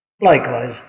likewise